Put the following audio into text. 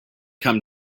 come